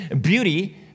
beauty